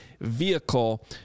vehicle